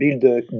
build